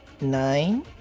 nine